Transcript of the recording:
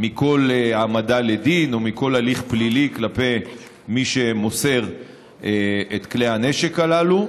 מכל העמדה לדין או מכל הליך פלילי כלפי מי שמוסר את כלי הנשק הללו,